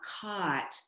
caught